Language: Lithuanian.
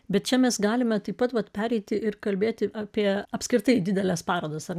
bet čia mes galime taip pat vat pereiti ir kalbėti apie apskritai dideles parodas ar ne